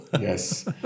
Yes